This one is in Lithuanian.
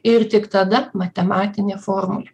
ir tik tada matematinė formulė